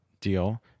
deal